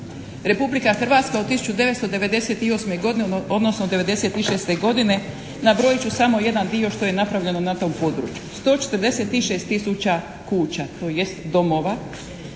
godine odnosno '96. godine, nabrojit ću samo jedan dio što je napravljeno na tom području. 146 tisuća kuća tj. domova,